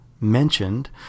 mentioned